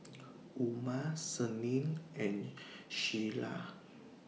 Umar Senin and Syirah